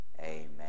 Amen